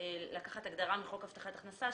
לקחת הגדרה מחוק הבטחת הכנסה,